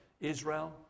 Israel